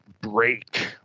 break